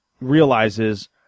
realizes